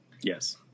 yes